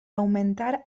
aumentar